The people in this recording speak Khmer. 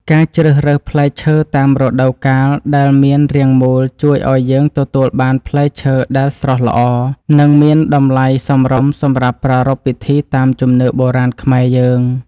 ការជ្រើសរើសផ្លែឈើតាមរដូវកាលដែលមានរាងមូលជួយឱ្យយើងទទួលបានផ្លែឈើដែលស្រស់ល្អ និង មានតម្លៃសមរម្យសម្រាប់ប្រារព្ធពិធីតាមជំនឿបុរាណខ្មែរយើង។